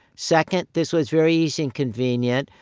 second, this was very easy and convenient,